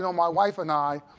you know my wife and i,